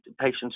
patients